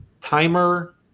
timer